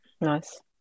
Nice